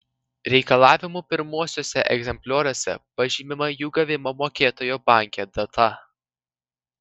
reikalavimų pirmuosiuose egzemplioriuose pažymima jų gavimo mokėtojo banke data